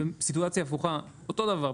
סיטואציה הפוכה, אותו דבר.